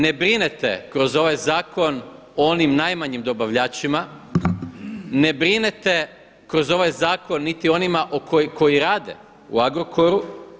Ne brinete kroz ovaj zakon o onim najmanjim dobavljačima, ne brinete kroz ovaj zakon niti o onima koji rade u Agrokoru.